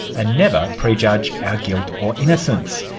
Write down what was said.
and never prejudge our guilt or innocence.